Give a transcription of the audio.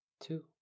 Two